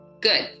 good